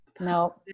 no